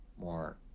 more